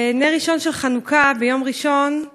בנר ראשון של חנוכה, ביום ראשון,